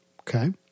Okay